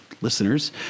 listeners